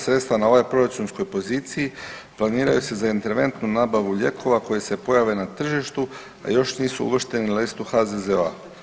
Sredstva na ovoj obračunskoj poziciji planiraju se za interventnu nabavu lijekova koji se pojave na tržištu a još nisu uvršteni u listu HZZO-a.